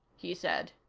he said.